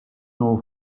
know